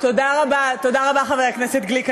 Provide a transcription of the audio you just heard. תודה רבה, חבר הכנסת גליק.